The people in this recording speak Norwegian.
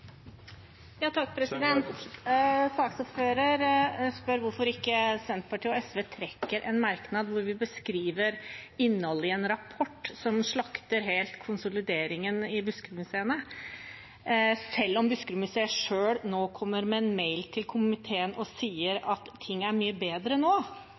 spør hvorfor Senterpartiet og SV ikke trekker en merknad hvor vi beskriver innholdet i en rapport som slakter konsolideringen i Buskerudmuseet, selv om Buskerudmuseet selv i en mail til komiteen sier at ting er mye bedre nå.